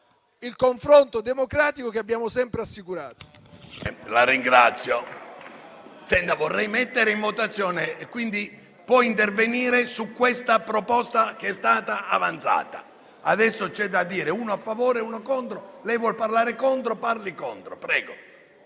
il confronto democratico che abbiamo sempre assicurato.